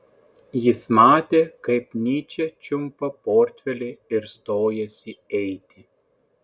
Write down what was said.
jis matė kaip nyčė čiumpa portfelį ir stojasi eiti